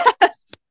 Yes